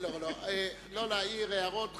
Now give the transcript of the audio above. לא להעיר הערות.